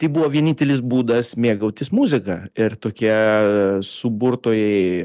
tai buvo vienintelis būdas mėgautis muzika ir tokie suburtojai